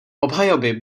obhajoby